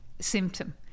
symptom